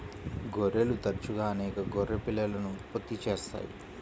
గొర్రెలు తరచుగా అనేక గొర్రె పిల్లలను ఉత్పత్తి చేస్తాయి